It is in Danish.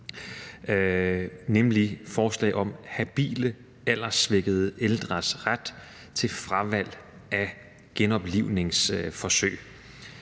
om habile alderssvækkede ældres ret til fravalg af genoplivningsforsøg.